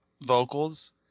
vocals